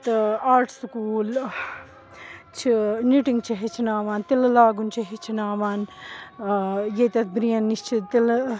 تہٕ art school چھِ knitting چھِ ہیٚچھناوان تِلہٕ لاگُن چھِ ہیٚچھناوان ییٚتٮ۪تھ برٛین نِش چھِ تِلہٕ